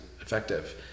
effective